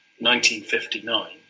1959